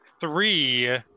three